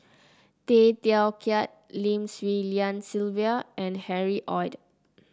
Tay Teow Kiat Lim Swee Lian Sylvia and Harry Ord